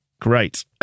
Great